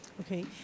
Okay